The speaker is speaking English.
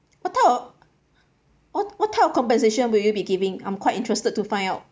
what type of what what type of compensation will you be giving I'm quite interested to find out